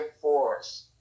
force